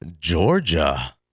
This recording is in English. Georgia